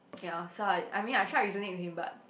ya so I I mean I tried reasoning with him but